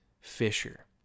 Fisher